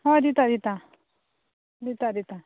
हय दिता दिता दिता दिता